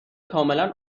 کاملا